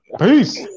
Peace